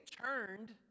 turned